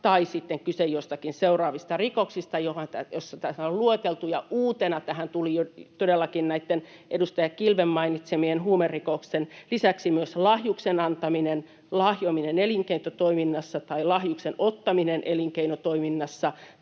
tai sitten on kyse joistakin seuraavista rikoksista, joissa tämä on lueteltu, ja uutena tähän tuli jo todellakin näitten edustaja Kilven mainitsemien huumerikosten lisäksi lahjuksen antaminen, lahjominen elinkeinotoiminnassa tai lahjuksen ottaminen elinkeinotoiminnassa